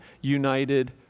united